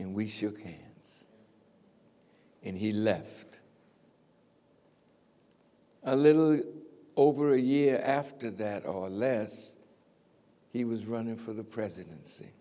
and we shook hands and he left a little over a year after that or less he was running for the presidency